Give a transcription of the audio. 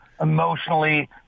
emotionally